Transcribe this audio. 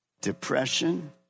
depression